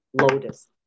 lotus